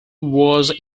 was